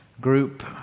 group